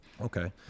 okay